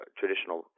traditional